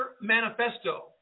manifesto